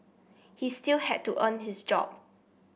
he still had to earn his job